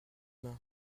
main